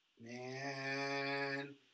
man